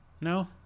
No